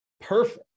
perfect